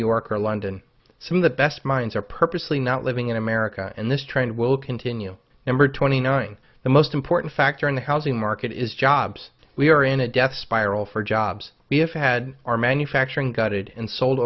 york or london some of the best minds are purposely not living in america and this trend will continue number twenty nine the most important factor in the housing market is jobs we are in a death spiral for jobs we have had our manufacturing gutted and sold